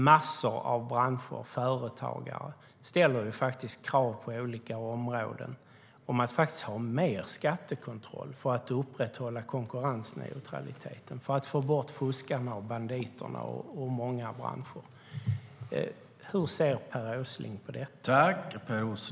Massor av branscher och företagare ställer på olika områden krav på att vi ska ha mer